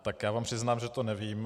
Tak já vám přiznám, že to nevím.